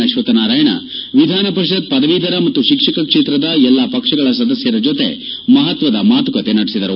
ಅಕ್ಷಕ್ರನಾರಾಯಣ ವಿಧಾನಪರಿಷತ್ ಪದವೀಧರ ಮತ್ತು ಶಿಕ್ಷಕ ಕ್ಷೇತ್ರದ ಎಲ್ಲ ಪಕ್ಷಗಳ ಸದಸ್ಕರ ಜತೆ ಮಹತ್ವದ ಮಾತುಕತೆ ನಡೆಸಿದರು